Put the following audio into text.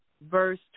verse